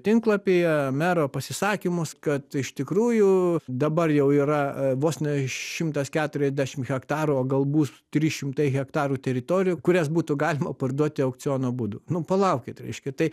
tinklapyje mero pasisakymus kad iš tikrųjų dabar jau yra vos ne šimtas keturiasdešimt hektarų o galbūt trys šimtai hektarų teritorijų kurias būtų galima parduoti aukciono būdu nu palaukit reiškia tai